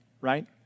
right